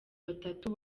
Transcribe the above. batatu